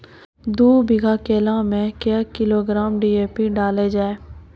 दू बीघा केला मैं क्या किलोग्राम डी.ए.पी देले जाय?